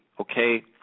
okay